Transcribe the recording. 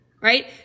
right